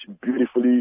beautifully